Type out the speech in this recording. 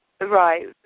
Right